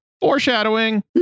Foreshadowing